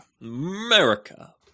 America